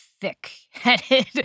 Thick-headed